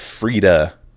Frida